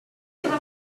uranus